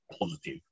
positive